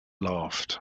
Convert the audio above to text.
laughed